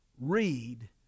Read